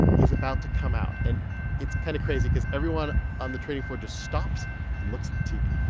is about to come out and it's kind of crazy because everyone on the trading floor just stops and looks at the tv